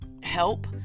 help